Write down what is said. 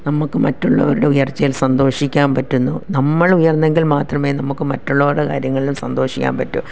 നമുക്ക് മറ്റുള്ളവരുടെ ഉയർച്ചയിൽ സന്തോഷിക്കാൻ പറ്റുന്നു നമ്മൾ ഉയർന്നെങ്കിൽ മാത്രമേ നമുക്ക് മറ്റുള്ളവരുടെ കാര്യങ്ങൾള് സന്തോഷിക്കാൻ പറ്റൂ